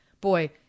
Boy